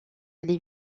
les